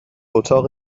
اتاق